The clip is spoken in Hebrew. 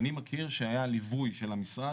אני מכיר שהיה ליווי של המשרד.